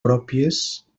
pròpies